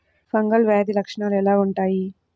Fungal వ్యాధి లక్షనాలు ఎలా వుంటాయి?